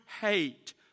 hate